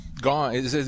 gone